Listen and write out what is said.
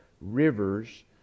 rivers